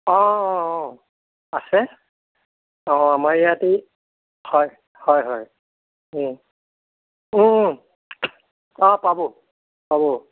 অঁ আছে অঁ আমাৰ ইয়াতে এই হয় হয় হয় অঁ পাব পাব